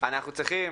אנחנו צריכים